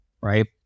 Right